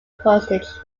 postage